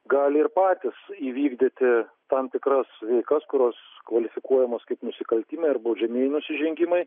gali ir patys įvykdyti tam tikras veikas kurios kvalifikuojamas kaip nusikaltimai ar baudžiamieji nusižengimai